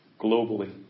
globally